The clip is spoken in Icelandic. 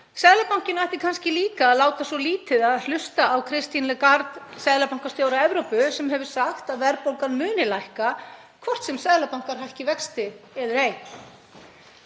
Seðlabankinn ætti kannski líka að láta svo lítið að hlusta á Christine Lagarde, seðlabankastjóra Evrópu, sem hefur sagt að verðbólgan muni lækka, hvort sem seðlabankar hækki vexti eður ei.